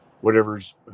whatever's